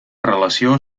relació